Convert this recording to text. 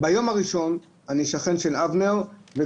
ביום הראשון כבר נפגשתי עם אבנר פלור,